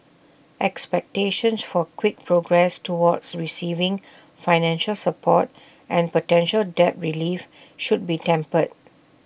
expectations for quick progress toward receiving financial support and potential debt relief should be tempered